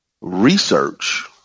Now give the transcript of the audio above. research